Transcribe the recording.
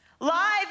live